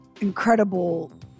incredible